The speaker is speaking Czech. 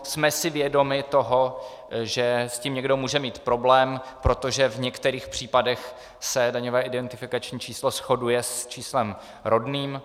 Jsme si vědomi toho, že s tím někdo může mít problém, protože v některých případech se daňové identifikační číslo shoduje s číslem rodným.